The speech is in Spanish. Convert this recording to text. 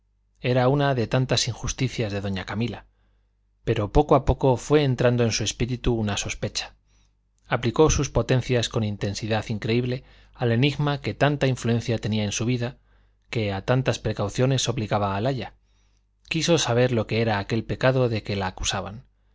era una de tantas injusticias de doña camila pero poco a poco fue entrando en su espíritu una sospecha aplicó sus potencias con intensidad increíble al enigma que tanta influencia tenía en su vida que a tantas precauciones obligaba al aya quiso saber lo que era aquel pecado de que la acusaban